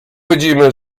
widzimy